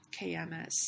KMS